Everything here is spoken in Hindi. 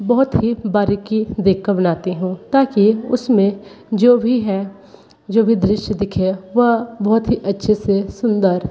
बहुत ही बारीकी देख कर बनाती हूँ ताकि उस में जो भी है जो भी दृश्य दिखे वह बहुत ही अच्छे से सुंदर